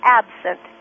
absent